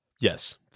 Yes